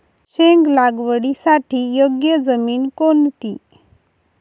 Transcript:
शेंग लागवडीसाठी योग्य जमीन कोणती?